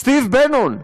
סטיב בנון,